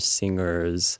singers